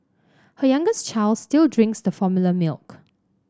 her youngest child still drinks the formula milk